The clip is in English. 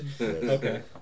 Okay